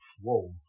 whoa